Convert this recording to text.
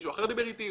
מישהו אחר דיבר איתי?